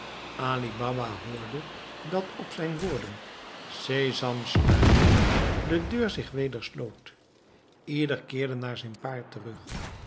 baba hoorde dat op zijn woorden sesam sluit je de deur zich weder sloot ieder keerde naar zijn paard terug